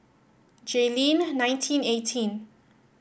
Jayleen nineteen eighteen